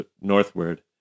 northward